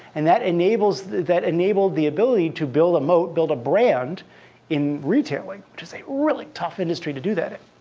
and that enabled that enabled the ability to build a moat, build a brand in retailing, which is a really tough industry to do that.